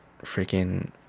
freaking